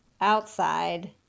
outside